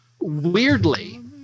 weirdly